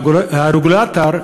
והרגולטור,